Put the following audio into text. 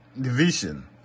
division